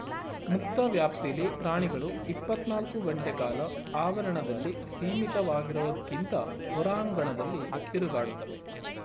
ಮುಕ್ತ ವ್ಯಾಪ್ತಿಲಿ ಪ್ರಾಣಿಗಳು ಇಪ್ಪತ್ನಾಲ್ಕು ಗಂಟೆಕಾಲ ಆವರಣದಲ್ಲಿ ಸೀಮಿತವಾಗಿರೋದ್ಕಿಂತ ಹೊರಾಂಗಣದಲ್ಲಿ ತಿರುಗಾಡ್ತವೆ